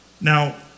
Now